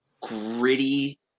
gritty